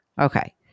Okay